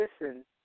listen